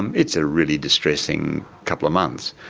and it's a really distressing couple of months.